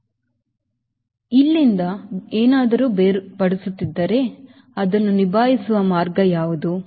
ಆದ್ದರಿಂದ ಇಲ್ಲಿಂದ ಏನಾದರೂ ಬೇರ್ಪಡುತ್ತಿದ್ದರೆ ಅದನ್ನು ನಿಭಾಯಿಸುವ ಮಾರ್ಗ ಯಾವುದು